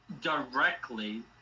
directly